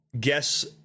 guess